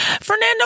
Fernando